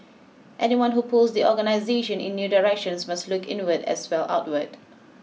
anyone who pulls the organisation in new directions must look inward as well outward